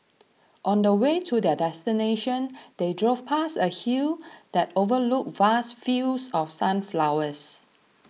on the way to their destination they drove past a hill that overlooked vast fields of sunflowers